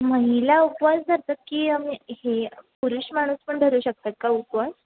महिला उपवास धरतात की आम्ही हे पुरुष माणूस पण धरू शकतात का उपवास